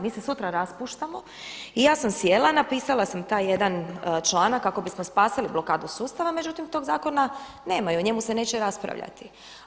Mi se sutra raspuštamo i ja sam sjela, napisala sam taj jedan članak kako bismo spasili blokadu sustava, međutim tog zakona nema i o njemu se neće raspravljati.